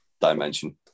dimension